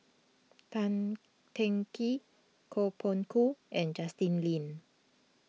Tan Teng Kee Koh Poh Koon and Justin Lean